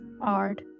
art